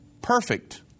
perfect